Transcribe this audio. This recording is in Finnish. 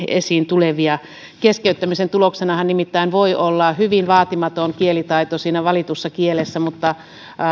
esiin tulevia keskeyttämisen tuloksenahan nimittäin voi olla hyvin vaatimaton kielitaito siinä valitussa kielessä mutta